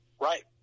Right